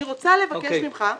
אני רוצה לסכם.